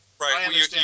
Right